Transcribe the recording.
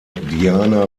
diana